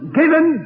given